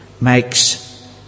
makes